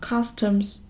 Customs